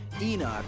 Enoch